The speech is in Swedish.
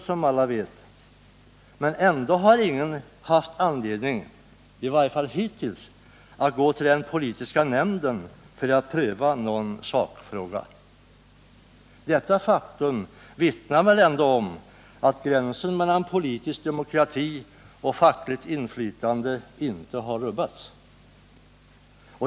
Ändå har i varje fall hittills ingen haft anledning att vända sig till den politiska nämnden för att pröva någon sakfråga. Detta faktum vittnar väl om att gränsen mellan politisk demokrati och fackligt inflytande inte har rubbats.